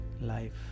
life